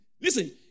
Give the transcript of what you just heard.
Listen